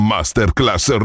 Masterclass